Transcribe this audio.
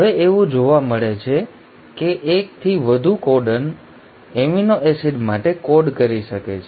હવે એવું જોવા મળે છે કે 1 થી વધુ કોડોન એમિનો એસિડ માટે કોડ કરી શકે છે